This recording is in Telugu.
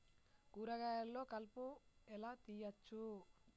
కూరగాయలలో కలుపు ఎలా తీయచ్చు?